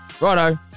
Righto